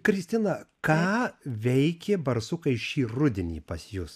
kristina ką veikė barsukai šį rudenį pas jus